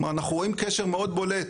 כלומר אנחנו רואים קשר מאוד בולט,